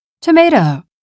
Tomato